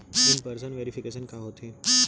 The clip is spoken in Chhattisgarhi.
इन पर्सन वेरिफिकेशन का होथे?